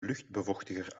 luchtbevochtiger